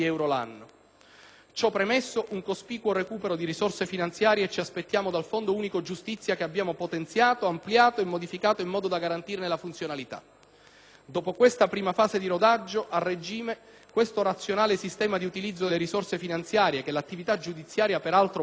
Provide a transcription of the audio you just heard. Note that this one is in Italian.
Ciò premesso, un cospicuo recupero di risorse finanziarie ci aspettiamo dal Fondo unico giustizia che abbiamo potenziato, ampliato e modificato in modo da garantirne la funzionalità. Dopo questa prima fase di rodaggio, a regime, questo razionale sistema di utilizzo delle risorse finanziarie, che l'attività giudiziaria peraltro produce da sé,